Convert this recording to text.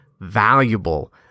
valuable